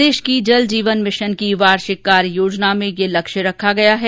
प्रदेश की जल जीवन मिशन की वार्षिक कार्य योजना में ये लक्ष्य रखा गया है